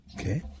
Okay